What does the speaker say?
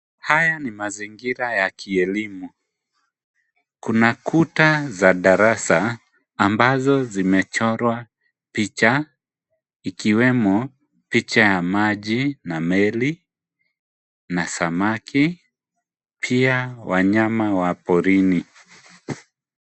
Haya ni mazingira ya kielimu ,kuna kuta za darasa ambazo zimechorwa picha ikiwemo picha ya maji na meli na samaki ,pia wanyama wa porini .